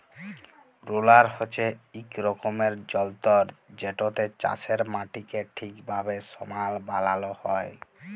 roller হছে ইক রকমের যল্তর যেটতে চাষের মাটিকে ঠিকভাবে সমাল বালাল হ্যয়